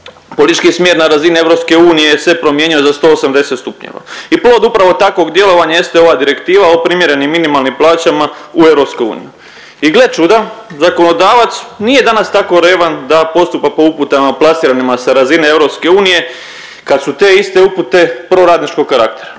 politički smjer na razini EU se promijenio za 180 stupnjeva i plod upravo takvog djelovanja jeste ova direktiva o primjerenim minimalnim plaćama u EU. I gle čuda zakonodavac nije danas tako revan da postupa po uputama plasiranima sa razine EU kad su te iste upute proradničkog karaktera